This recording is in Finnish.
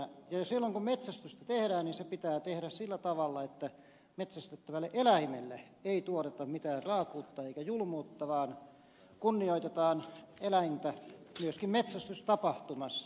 silloin kun metsästystä tehdään niin se pitää tehdä sillä tavalla että metsästettävälle eläimelle ei tuoteta mitään raakuutta eikä julmuutta vaan kunnioitetaan eläintä myöskin metsästystapahtumassa